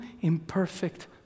imperfect